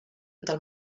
del